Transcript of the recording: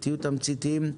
תהיו תמציתיים.